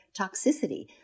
toxicity